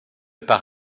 par